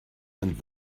and